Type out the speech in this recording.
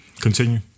Continue